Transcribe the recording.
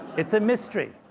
it's a mystery!